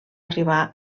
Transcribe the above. arribar